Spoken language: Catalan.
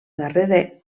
darrere